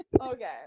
okay